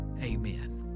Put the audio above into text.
amen